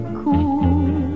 cool